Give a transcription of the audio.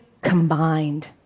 combined